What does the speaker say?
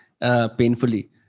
painfully